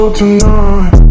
tonight